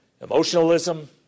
emotionalism